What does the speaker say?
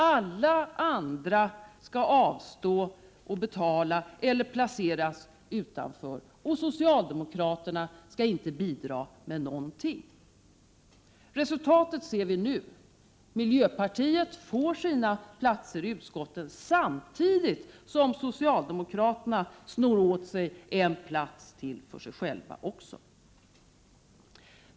Alla andra skall avstå, betala eller placeras utanför, och socialdemokraterna skall inte bidra med något! Resultatet ser vi nu: Miljöpartiet får sina platser i utskotten samtidigt som socialdemokraterna snor åt sig en plats till i utskotten.